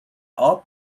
all